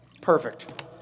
Perfect